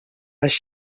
les